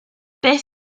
beth